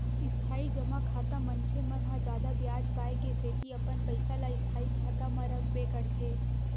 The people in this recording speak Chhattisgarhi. इस्थाई जमा खाता मनखे मन ह जादा बियाज पाय के सेती अपन पइसा ल स्थायी खाता म रखबे करथे